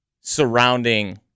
surrounding